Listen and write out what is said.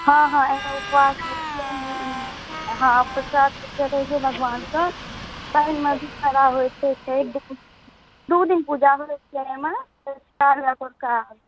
हँ हँ एहिमे उपवास होइ छै हँ प्रसाद चढ़ै छै भगवानके पानिमे भी खड़ा होइ छै दू दिन पूजा होइ छै एहिमे सँझुका आओर भोरका अर्घ